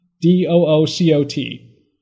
D-O-O-C-O-T